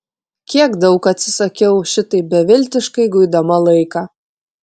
kiek daug atsisakiau šitaip beviltiškai guidama laiką